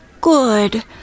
good